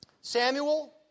Samuel